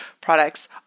products